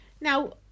Now